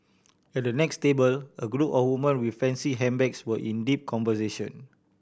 at the next table a group of woman with fancy handbags were in deep conversation